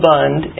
Bund